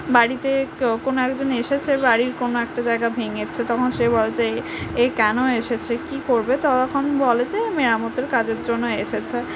বাড়িতে কোনও একজন এসেছে বাড়ির কোনও একটা জায়গা ভেঙেছে তখন সে বলে যে এ কেন এসেছে কী করবে তখন বলে যে মেরামতের কাজের জন্য এসেছে